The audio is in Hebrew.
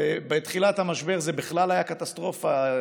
בתחילת המשבר זה בכלל היה קטסטרופה.